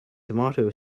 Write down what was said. tomato